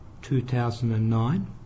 2009